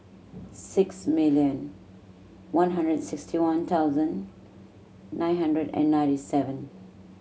six million one hundred and sixty one thousand nine hundred and ninety seven